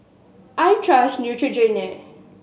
I trust Neutrogena